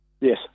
Yes